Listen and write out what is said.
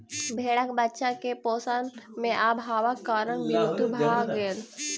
भेड़क बच्चा के पोषण में अभावक कारण मृत्यु भ गेल